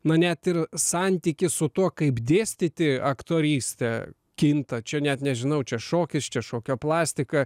na net ir santykis su tuo kaip dėstyti aktorystę kinta čia net nežinau čia šokis čia šokio plastika